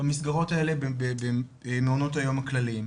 במסגרות האלה במעונות היום הכלליים.